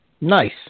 Nice